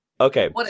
Okay